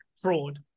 fraud